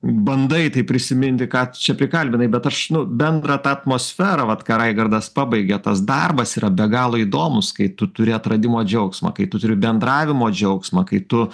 bandai tai prisiminti ką čia prikalbinai bet aš nu bendrą tą atmosferą vat ką raigardas pabaigė tas darbas yra be galo įdomus kai tu turi atradimo džiaugsmą kai tu turi bendravimo džiaugsmą kai tu